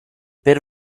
per